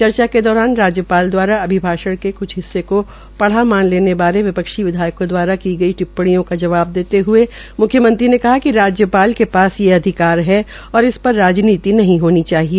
चर्चा के दौरान राज्यपाल दवारा अभिभाषण के क्छ हिस्से को पढ़ा माने लेने बारे विपक्षी विधायकों द्वारा की गई टिप्पणीयों का जवाब देते हुए मुख्यमंत्री ने कहा कि राज्यपाल के पास ये अधिकार है और इस पर राजनीति नहीं होनी चाहिए